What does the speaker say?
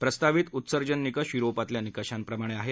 प्रस्तावित उत्सर्जन निकष य्रोपातल्या निकषांप्रमाणे आहेत